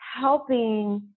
helping